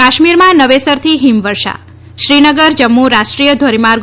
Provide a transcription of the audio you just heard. કાશ્મીરમાં નવેસરથી હિમવર્ષા શ્રીનગર જમ્મુ રાષ્ટ્રી ોય ધોરીમાર્ગ